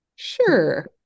sure